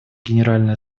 генеральной